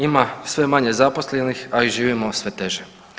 Ima sve manje zaposlenih, a i živimo sve teže.